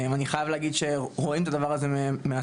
אני חייב להגיד שרואים את הדבר הזה מהצד.